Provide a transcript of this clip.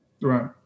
Right